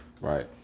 Right